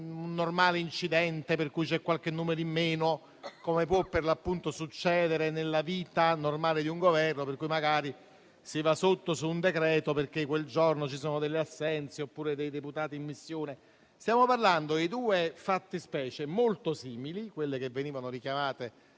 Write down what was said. normale incidente per cui c'è qualche numero in meno, come può succedere nella vita normale di un Governo, per cui magari si va sotto su un decreto perché quel giorno ci sono delle assenze oppure dei senatori in missione. Stiamo parlando di due fattispecie molto simili, quelle che venivano richiamate